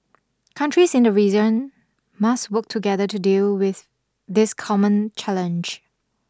countries in the region must work together to deal with this common challenge